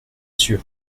sûr